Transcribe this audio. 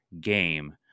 game